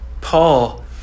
Paul